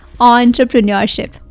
entrepreneurship